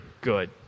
good